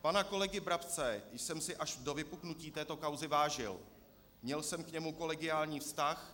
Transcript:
Pana kolegy Brabce jsem si až do vypuknutí této kauzy vážil, měl jsem k němu kolegiální vztah.